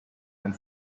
and